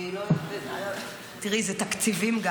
תראי, זה גם תקציבים.